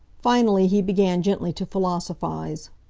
finally he began gently to philosophize.